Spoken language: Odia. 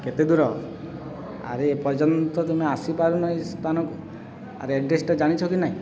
କେତେ ଦୂର ଆରେ ଏ ପର୍ଯ୍ୟନ୍ତ ତୁମେ ଆସିପାରୁନ ଏହି ସ୍ଥାନକୁ ଆରେ ଆଡ଼୍ରେସଟା ଜାଣିଛ କି ନାହିଁ